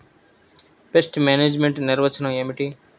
Pest management నిర్వచనం ఏమిటి?